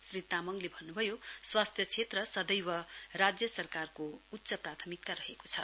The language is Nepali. श्री तामाङले भन्नुभयो स्वास्थ्य क्षेत्र सदैव राज्य सरकारको उच्च प्रथामिकता रहेको छ